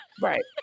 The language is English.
Right